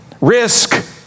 risk